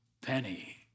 penny